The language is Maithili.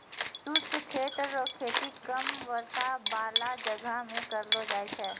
शुष्क क्षेत्र रो खेती कम वर्षा बाला जगह मे करलो जाय छै